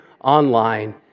online